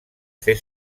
fer